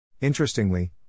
Interestingly